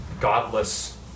godless